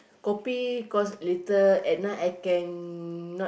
kopi cause later at night I cannot